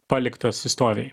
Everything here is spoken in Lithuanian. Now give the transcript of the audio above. paliktas istorijai